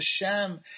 Hashem